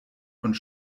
und